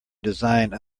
design